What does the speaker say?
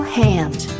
hand